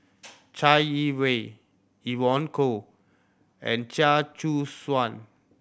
Chai Yee Wei Evon Kow and Chia Choo Suan